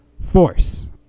force